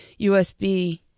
USB